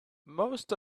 most